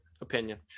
opinion